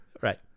Right